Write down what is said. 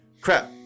crap